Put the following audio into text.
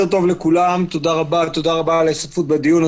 תודה רבה על ההשתתפות בדיון.